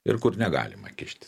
ir kur negalima kištis